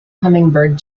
hummingbird